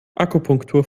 akupunktur